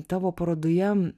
tavo parodoje